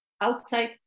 outside